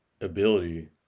ability